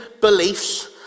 beliefs